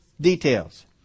details